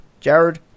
Jared